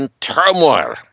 turmoil